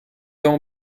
avons